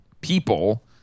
people